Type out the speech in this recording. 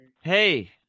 Hey